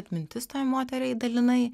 atmintis tai moteriai dalinai